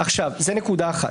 זו נקודה אחת.